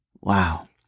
Wow